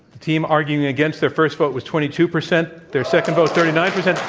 the team arguing against, their first vote was twenty two percent, their second vote thirty nine percent.